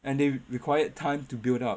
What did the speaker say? and they required time to build up